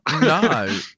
No